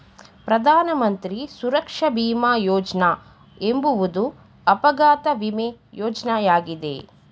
ಪ್ರಧಾನ ಮಂತ್ರಿ ಸುರಕ್ಷಾ ಭೀಮ ಯೋಜ್ನ ಎಂಬುವುದು ಅಪಘಾತ ವಿಮೆ ಯೋಜ್ನಯಾಗಿದೆ